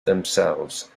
themselves